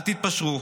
אל תתפשרו.